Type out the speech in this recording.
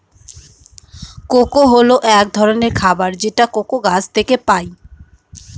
cocoa হল এক ধরনের খাবার যেটা কোকো গাছ থেকে পায়